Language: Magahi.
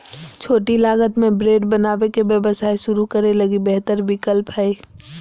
छोटी लागत में ब्रेड बनावे के व्यवसाय शुरू करे लगी बेहतर विकल्प हइ